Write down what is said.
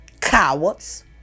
Cowards